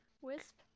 Wisp